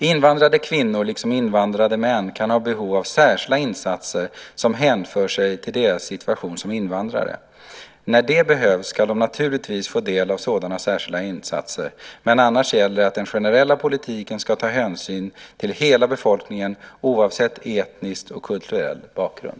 Invandrade kvinnor, liksom invandrade män, kan ha behov av särskilda insatser som hänför sig till deras situation som invandrare. När det behövs ska de naturligtvis få del av sådana särskilda insatser. Men annars gäller att den generella politiken ska ta hänsyn till hela befolkningen, oavsett etnisk och kulturell bakgrund.